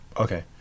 Okay